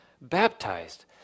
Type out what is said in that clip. baptized